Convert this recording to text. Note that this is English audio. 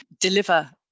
deliver